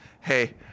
Hey